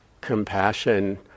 compassion